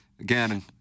Again